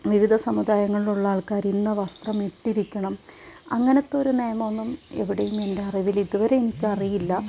വിവിധ സമുദായങ്ങളിലുള്ള ആൾക്കാർ ഇന്ന വസ്ത്രം ഇട്ടിരിക്കണം അങ്ങനത്തെ ഒരു നിയമമൊന്നും എവിടെയും എൻ്റെ അറിവിൽ ഇതുവരെ എനിക്കറിയില്ല